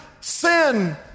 sin